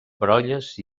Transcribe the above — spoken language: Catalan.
brolles